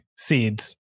seeds